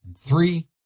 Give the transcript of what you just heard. Three